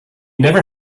never